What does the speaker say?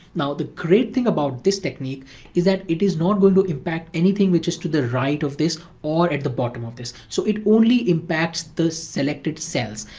now the great thing about this technique is that it is not going to impact anything which is to the right of this or at the bottom of this. so it only impacts the selected cells.